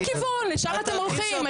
הכיוון, לשם אתם הולכים.